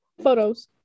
photos